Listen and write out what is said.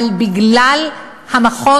אבל בגלל המכון,